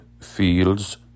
fields